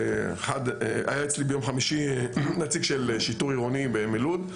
היה אצלי ביום חמישי נציג של שיטור עירוני מלוד.